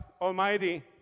Almighty